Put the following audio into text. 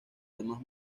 demás